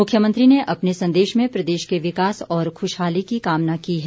मुख्यमंत्री ने अपने संदेश में प्रदेश के विकास और खुशहाली की कामना की है